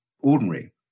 ordinary